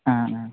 ആ ആ